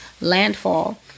landfall